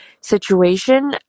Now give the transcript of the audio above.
situation